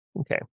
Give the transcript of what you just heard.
Okay